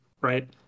right